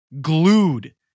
glued